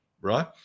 right